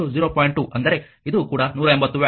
2 ಅಂದರೆ ಇದು ಕೂಡ 180 ವ್ಯಾಟ್